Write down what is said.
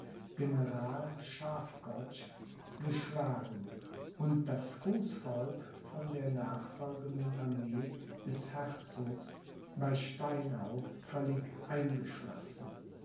general schafgotsch geschlagen und das fußvolk von der nachfolgenden armee des herzogs bei steinau völlig eingeschlossen